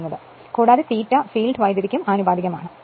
കൂടാതെ ∅ ഫീൽഡ് വൈദ്യുതിക്ക് ആനുപാതികമാണ്